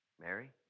Mary